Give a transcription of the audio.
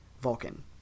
Vulcan